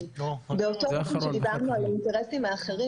אנחנו חושבים שההבנות שהגענו אליהם בימים האחרונים